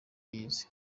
yize